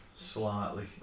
Slightly